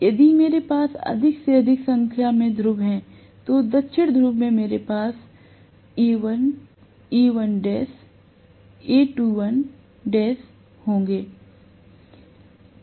यदि मेरे पास अधिक से अधिक संख्या में ध्रुव हैं तो दक्षिण ध्रुव के लिए मेरे पास Al A1l A2l इत्यादि होंगे